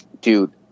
Dude